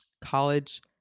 college